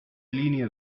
línea